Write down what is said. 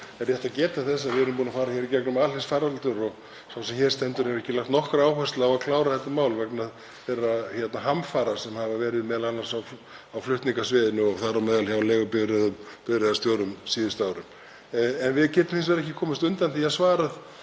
er rétt að geta þess að við erum búin að fara í gegnum alheimsfaraldur og sá sem hér stendur hefur ekki lagt nokkra áherslu á að klára þetta mál vegna þeirra hamfara sem hafa verið m.a. á flutningasviðinu og þar á meðal hjá leigubifreiðastjórum á síðustu árum. Við getum hins vegar ekki komist undan því að svara